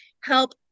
help